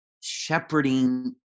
shepherding